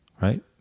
Right